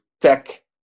tech